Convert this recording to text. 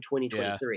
2023